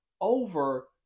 over